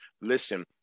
listen